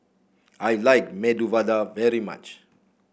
I like Medu Vada very much